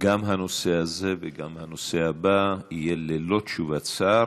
גם הנושא הזה וגם הנושא הבא יהיו ללא תשובת שר,